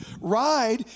ride